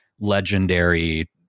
Legendary